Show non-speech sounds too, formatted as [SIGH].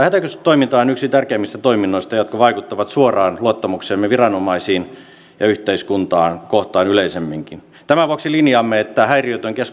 [UNINTELLIGIBLE] hätäkeskustoiminta on yksi tärkeimmistä toiminnoista jotka vaikuttavat suoraan luottamukseemme viranomaisiin ja yhteiskuntaa kohtaan yleisemminkin tämän vuoksi linjaamme että häiriötön